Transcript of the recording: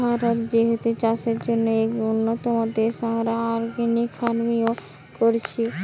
ভারত যেহেতু চাষের জন্যে এক উন্নতম দেশ, আমরা অর্গানিক ফার্মিং ও কোরছি